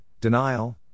denial